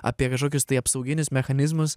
apie kažkokius tai apsauginius mechanizmus